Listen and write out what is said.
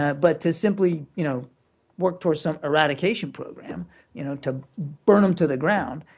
but to simply you know work towards some eradication program you know to burn em to the ground,